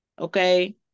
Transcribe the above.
okay